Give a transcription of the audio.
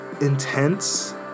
intense